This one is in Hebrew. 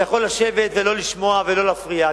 אתה יכול לשבת ולא לשמוע ולא להפריע.